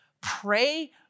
pray